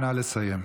נא לסיים.